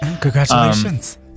Congratulations